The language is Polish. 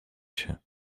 się